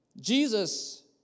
Jesus